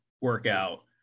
workout